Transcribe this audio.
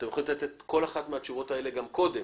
אתם יכולים לתת את כל אחת מהתשובות האלו גם קודם,